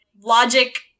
logic –